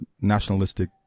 nationalistic